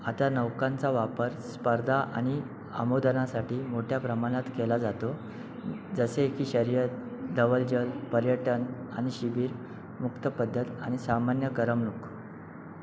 आता नौकांचा वापर स्पर्धा आणि आमोदनासाठी मोठ्या प्रमाणात केला जातो जसे की शर्यत धवलजल पर्यटन आणि शिबिर मुक्त पद्धत आणि सामान्य करमणूक